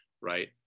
Right